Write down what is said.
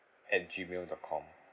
at Gmail dot com